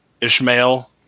Ishmael